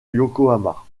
yokohama